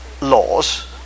laws